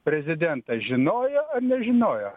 prezidentas žinojo ar nežinojo